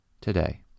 today